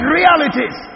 realities